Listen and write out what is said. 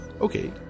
Okay